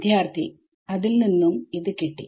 വിദ്യാർത്ഥി അതിൽ നിന്നും കിട്ടി